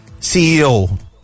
CEO